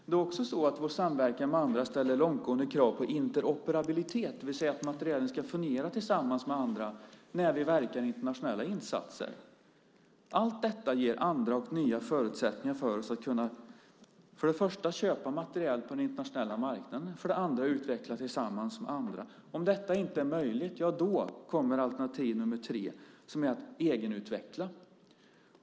Det är också så att vår samverkan med andra ställer långtgående krav på interoperabilitet, det vill säga att materielen ska fungera tillsammans med andra när vi verkar i internationella insatser. Allt detta ger andra och nya förutsättningar för oss att kunna för det första köpa materiel på den internationella marknaden och för det andra utveckla tillsammans med andra. Om detta inte är möjligt, ja, då kommer alternativ nr 3, som är att egenutveckla.